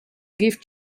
gift